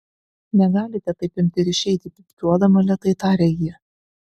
negalite taip imti ir išeiti pypkiuodama lėtai tarė ji